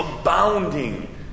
abounding